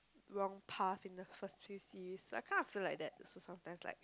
wrong path in the first few series I kind of feel like that so sometimes like